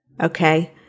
okay